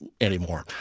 anymore